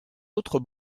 autres